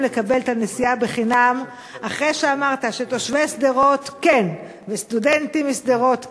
לנסוע בחינם אחרי שאמרת שתושבי שדרות כן וסטודנטים בשדרות כן,